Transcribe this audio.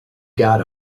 got